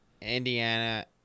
Indiana